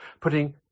putting